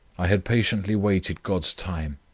i had patiently waited god's time.